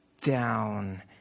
down